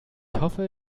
hoffe